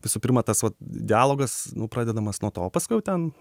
visų pirma tas vat dialogas nu pradedamas nuo to paskiau ten